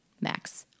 Max